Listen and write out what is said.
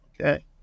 Okay